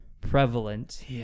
prevalent